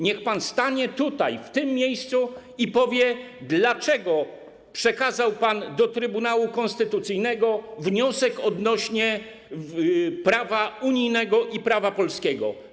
Niech pan stanie tutaj, w tym miejscu, i powie, dlaczego przekazał pan do Trybunału Konstytucyjnego wniosek odnośnie do prawa unijnego i prawa polskiego?